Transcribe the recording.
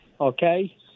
okay